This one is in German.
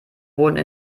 wurden